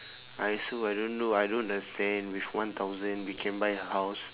I also I don't know I don't understand with one thousand we can buy a house